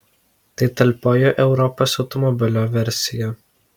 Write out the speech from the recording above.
tai talpioji europos automobilio versija